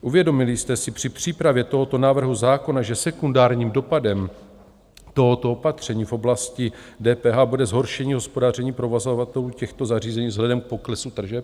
Uvědomili jste si při přípravě tohoto návrhu zákona, že sekundárním dopadem tohoto opatření v oblasti DPH bude zhoršení hospodaření provozovatelů těchto zařízení vzhledem k poklesu tržeb?